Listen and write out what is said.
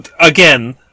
again